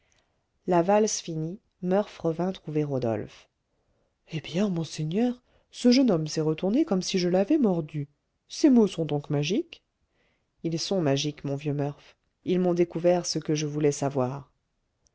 la valse finie murph revint trouver rodolphe eh bien monseigneur ce jeune homme s'est retourné comme si je l'avais mordu ces mots sont donc magiques ils sont magiques mon vieux murph ils m'ont découvert ce que je voulais savoir